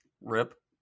Rip